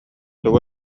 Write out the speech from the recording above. тугу